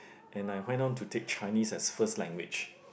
and I went on to take Chinese as first language